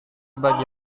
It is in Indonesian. bagi